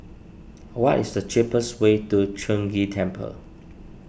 what is the cheapest way to Chong Ghee Temple